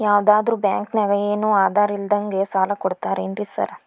ಯಾವದರಾ ಬ್ಯಾಂಕ್ ನಾಗ ಏನು ಆಧಾರ್ ಇಲ್ದಂಗನೆ ಸಾಲ ಕೊಡ್ತಾರೆನ್ರಿ ಸಾರ್?